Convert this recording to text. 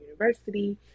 University